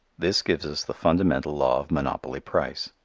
this gives us the fundamental law of monopoly price.